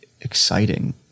exciting